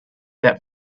that